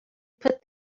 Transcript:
put